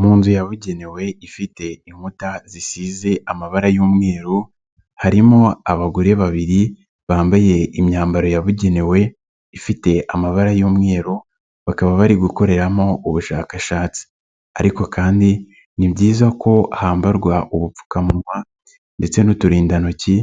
Mu nzu yabugenewe ifite inkuta zisize amabara y'umweru, harimo abagore babiri, bambaye imyambaro yabugenewe, ifite amabara y'umweru, bakaba bari gukoreramo ubushakashatsi ariko kandi ni byiza ko hambarwa ubupfukamunwa ndetse n'uturindantoki